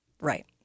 Right